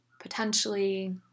potentially